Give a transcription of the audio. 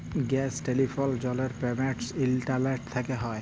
gas, telephone, জলের payment internet থ্যকে হয়